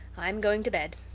i'm going to bed.